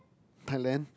Thailand